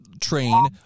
train